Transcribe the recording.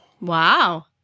Wow